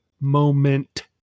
moment